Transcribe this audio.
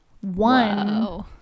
one